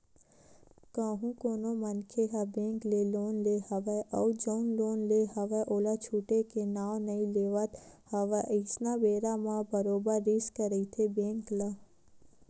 कहूँ कोनो मनखे ह बेंक ले लोन ले हवय अउ जउन लोन ले हवय ओला छूटे के नांव नइ लेवत हवय अइसन बेरा म बरोबर रिस्क रहिथे बेंक ल